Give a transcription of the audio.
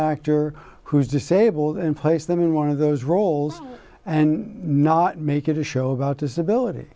actor who's disabled and place them in one of those roles and not make it a show about disability